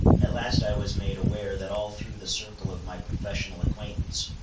at last i was made aware that all through the circle of my professional acquaintance,